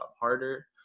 harder